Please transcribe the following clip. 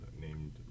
named